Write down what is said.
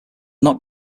not